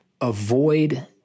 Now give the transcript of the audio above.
Avoid